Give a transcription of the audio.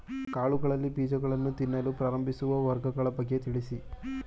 ಕಾಳುಗಳಲ್ಲಿ ಬೀಜಗಳನ್ನು ತಿನ್ನಲು ಪ್ರಾರಂಭಿಸುವ ಲಾರ್ವಗಳ ಬಗ್ಗೆ ತಿಳಿಸಿ?